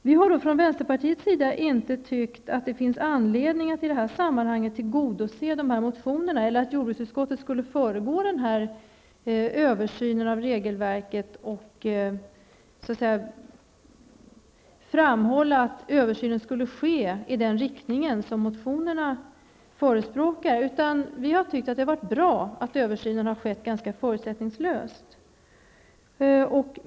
Vi från vänsterpartiet har inte tyckt att det i detta sammanhang finns anledning att tillstyrka dessa motioner eller att jordbruksutskottet skulle föregå översynen av regelverket och så att säga framhålla att översynen skall ske i den riktning som motionärerna föreskriver. Vi tycker att det är bra att översynen har skett ganska förutsättningslöst.